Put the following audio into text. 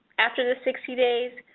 after the sixty days,